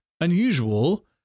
unusual